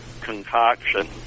concoction